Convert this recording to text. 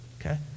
Okay